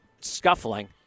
scuffling